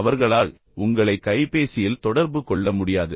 அவர்கள் எதற்காக அழைத்தாலும் அவர்களால் உங்களை கைபேசியில் தொடர்பு கொள்ள முடியாது